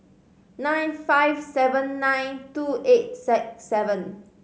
nine five seven nine two eight six seven